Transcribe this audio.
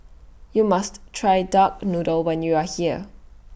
YOU must Try Duck Noodle when YOU Are here